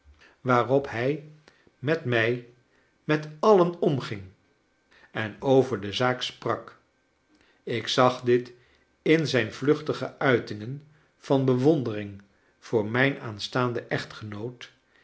op hij met mij met alien omging en over de zaak sprak ik zag dit in zijn vluchtige uitingen van bewondering voor mijn aanstaanden echtgenoot